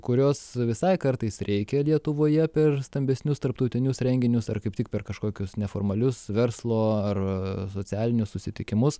kurios visai kartais reikia lietuvoje per stambesnius tarptautinius renginius ar kaip tik per kažkokius neformalius verslo ar socialinius susitikimus